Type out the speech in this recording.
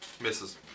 Misses